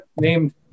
named